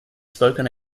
spoken